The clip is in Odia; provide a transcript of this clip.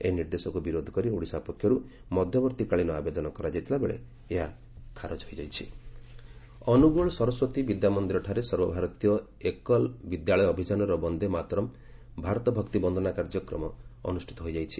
ଏହି ନିର୍ଦ୍ଦେଶକୁ ବିରୋଧ କରି ଓଡିଶା ପକ୍ଷରୁ ମଧବର୍ଭୀକାଳୀନ ଆବେଦନ କରାଯାଇଥିଲା ବେଳେ ଏହା ଖାରଜ ହୋଇଯାଇଛି ବନ୍ଦେ ମାତରମ୍ କାର୍ଯ୍ୟକ୍ମ ଅନ୍ରଗୋଳ ସରସ୍ୱତୀ ବିଦ୍ୟାମନ୍ଦିର ଠାରେ ସର୍ବଭାରତୀୟ ଏକଲ ବିଦ୍ୟାଳୟ ଅଭିଯାନର ବନ୍ଦେ ମାତରମ ଭାରତ ଭକ୍ତି ବନ୍ଦନା କାର୍ଯ୍ୟକ୍ରମ ଅନୁଷ୍ଟିତ ହୋଇଯାଇଛି